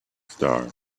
star